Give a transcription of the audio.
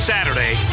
Saturday